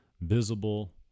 visible